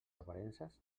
aparences